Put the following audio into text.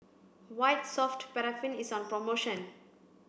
white soft paraffin is on promotion